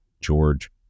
George